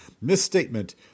Misstatement